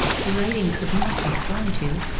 the writing could not be sworn to,